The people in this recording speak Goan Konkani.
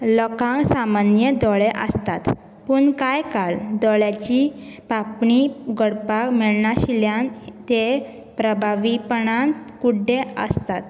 लोकांक सामान्य दोळे आसतात पूण कांय काळ दोळ्याचे पापणी उगडपाक मेळ नाशिल्ल्यान ते प्रभावीपणान कुड्डे आसतात